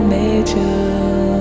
nature